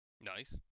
Nice